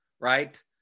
right